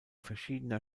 verschiedener